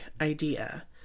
idea